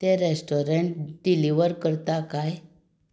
तें restaurant deliver करता काय